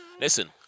Listen